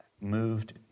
moved